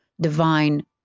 divine